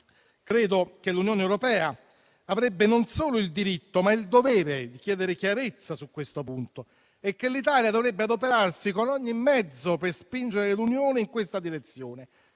Credo che l'Unione europea avrebbe non solo il diritto, ma il dovere di chiedere chiarezza su questo punto e che l'Italia dovrebbe adoperarsi con ogni mezzo per spingere l'Unione in questa direzione,